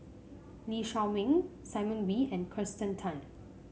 Lee Shao Meng Simon Wee and Kirsten Tan